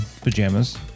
pajamas